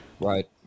Right